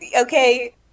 Okay